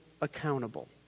accountable